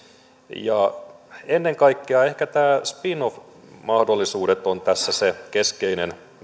ja ennen kaikkea ehkä nämä spin off mahdollisuudet ovat tässä se keskeinen